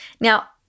Now